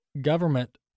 government